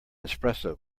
espresso